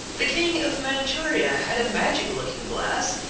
the king of manchuria had a magic looking-glass,